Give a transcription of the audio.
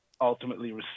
ultimately